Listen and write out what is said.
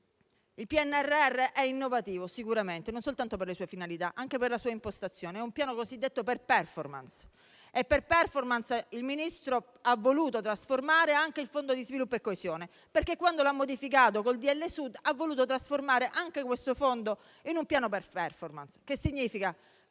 Il PNRR è sicuramente innovativo, non soltanto per le sue finalità, ma anche per la sua impostazione, è un piano cosiddetto per *performance* e per *performance* il Ministro ha voluto trasformare anche il Fondo per lo sviluppo e la coesione, perché quando lo ha modificato con il decreto cosiddetto Sud ha voluto trasformare anche questo fondo in un piano per *performance.*